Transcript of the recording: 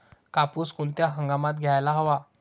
कापूस कोणत्या हंगामात घ्यायला हवा?